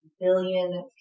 billion